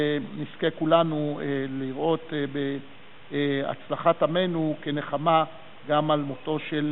ונזכה כולנו לראות בהצלחת עמנו כנחמה גם על מותו של